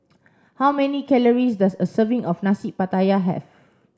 how many calories does a serving of Nasi Pattaya have